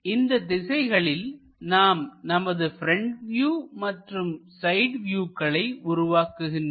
இந்த திசைகளில் நாம் நமது ப்ரெண்ட் வியூ மற்றும் சைட் வியூக்களை உருவாக்குகின்றோம்